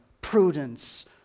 prudence